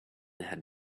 had